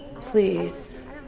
Please